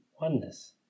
oneness